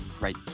right